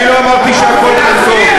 אני מבקש שתעבירו כסף לנצרת.